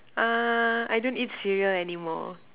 uh I don't eat cereal anymore